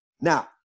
Now